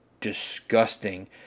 disgusting